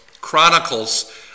Chronicles